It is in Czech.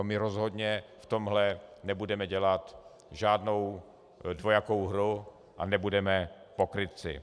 My rozhodně v tomhle nebudeme dělat žádnou dvojakou hru a nebudeme pokrytci.